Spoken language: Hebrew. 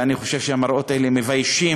ואני חושב שהמראות האלה מביישים